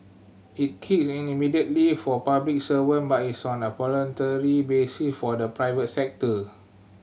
it kick in immediately for public servant but is on a voluntary basis for the private sector